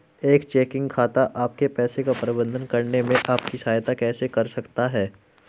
एक चेकिंग खाता आपके पैसे का प्रबंधन करने में आपकी सहायता कैसे कर सकता है?